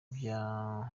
bya